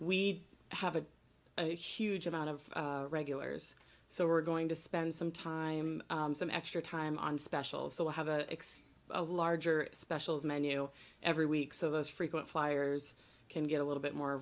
we have a huge amount of regulars so we're going to spend some time some extra time on specials so we'll have a larger specials menu every week so those frequent flyers can get a little bit more